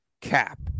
cap